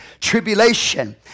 Tribulation